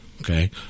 okay